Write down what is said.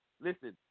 listen